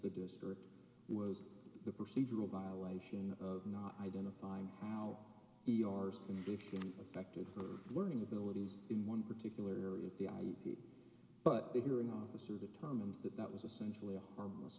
the district was the procedural violation of not identifying how ers condition affected learning abilities in one particular area but the hearing officer determined that that was essentially a harmless